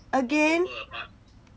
again